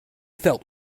felt